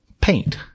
paint